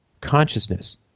consciousness